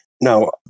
Now